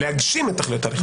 להגשים את תכליות ההליך הפלילי.